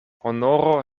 honoro